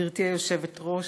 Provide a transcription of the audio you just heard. גברתי היושבת-ראש,